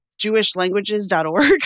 jewishlanguages.org